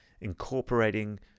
incorporating